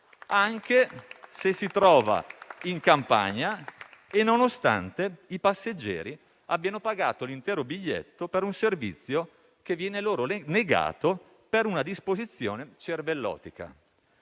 anche se si trova in campagna e nonostante i passeggeri abbiano pagato l'intero biglietto per un servizio che viene loro negato per una disposizione cervellotica.